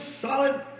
solid